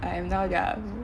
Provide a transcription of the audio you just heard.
I am now their mmhmm